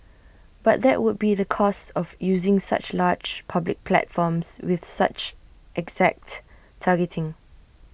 but that would be the cost of using such large public platforms with such exact targeting